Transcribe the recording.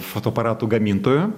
fotoaparatų gamintojų